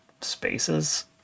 spaces